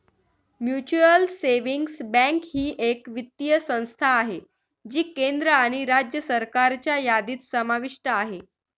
mutual savings bank ही एक वित्तीय संस्था आहे जी केंद्र आणि राज्य सरकारच्या यादीत समाविष्ट आहे